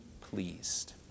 pleased